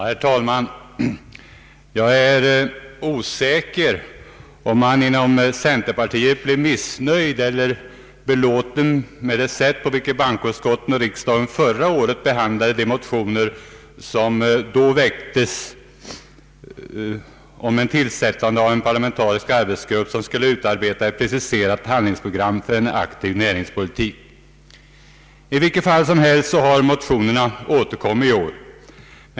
Herr talman! Jag är osäker på huruvida man inom centerpartiet blev missnöjd eller belåten med det sätt på vilket bankoutskottet och riksdagen förra året behandlade de motioner som då väcktes om tillsättande av en parlamentarisk arbetsgrupp som skulle utarbeta ett preciserat handlingsprogram för en aktiv näringspolitik. I vilket fall som helst har motionerna i år återkommit.